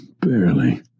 barely